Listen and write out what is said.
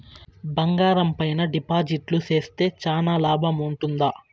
బంగారం పైన డిపాజిట్లు సేస్తే చానా లాభం ఉంటుందా?